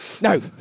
No